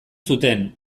zuten